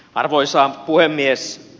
arvoisa puhemies